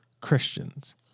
Christians